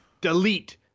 delete